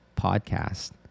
podcast